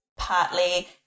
partly